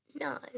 No